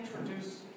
introduce